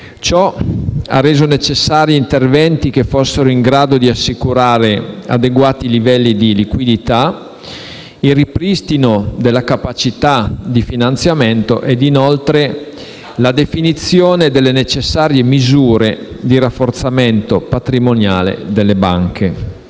Ciò ha reso necessari interventi che fossero in grado di assicurare adeguati livelli di liquidità, il ripristino della capacità di finanziamento e, inoltre, la definizione delle necessarie misure di rafforzamento patrimoniale delle banche.